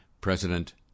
President